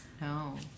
No